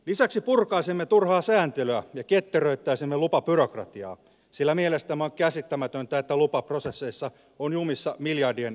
lisäksi purkaisimme turhaa sääntelyä ja ketteröittäisimme lupabyrokratiaa sillä mielestämme on käsittämätöntä että lupaprosesseissa on jumissa miljardien edestä investointeja